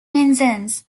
penzance